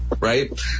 right